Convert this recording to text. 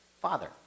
father